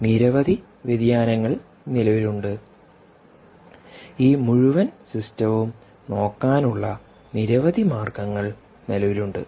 നിരവധി വ്യതിയാനങ്ങൾ നിലവിലുണ്ട് ഈ മുഴുവൻ സിസ്റ്റവും നോക്കാനുള്ള നിരവധി മാർഗങ്ങൾ നിലവിലുണ്ട്